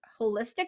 holistic